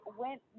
went